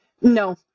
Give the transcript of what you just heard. No